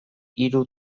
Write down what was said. hiru